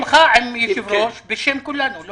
עם היושב-ראש, בשם כולנו.